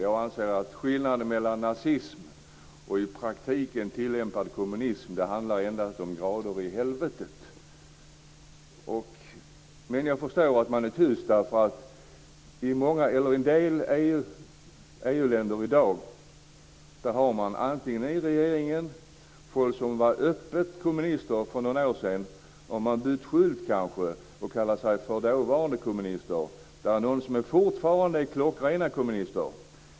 Jag anser att skillnaden mellan nazism och i praktiken tillämpad kommunism endast handlar om grader i helvetet. Men jag förstår att man är tyst. I en del EU-länder i dag har man i regeringen folk som öppet var kommunister för några år sedan. De har kanske bytt skylt och kallar sig för dåvarande kommunister. Det är några som fortfarande är klockrena kommunister.